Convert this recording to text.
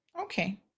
Okay